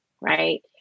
right